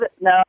No